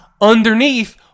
underneath